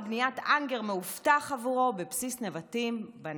בניית האנגר מאובטח עבורו בבסיס נבטים בנגב,